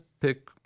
pick